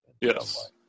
Yes